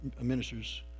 ministers